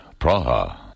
Praha